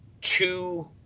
two